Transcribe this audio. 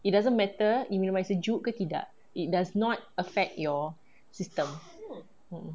it doesn't matter minum air sejuk ke tidak it does not affect your system